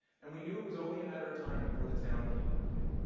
and we knew it was only a matter of time before the town came knocking.